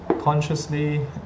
consciously